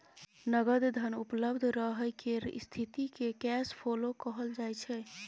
नगद धन उपलब्ध रहय केर स्थिति केँ कैश फ्लो कहल जाइ छै